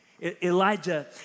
Elijah